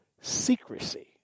secrecy